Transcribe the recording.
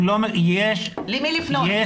למי לפנות?